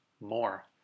more